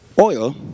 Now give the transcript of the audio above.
oil